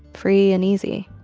free and easy.